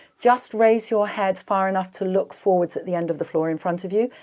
just raise your head far enough to look forwards at the end of the floor in front of you,